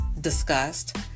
discussed